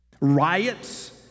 riots